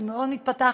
היא מאוד מתפתחת,